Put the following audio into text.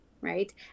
Right